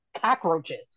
cockroaches